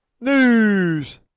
News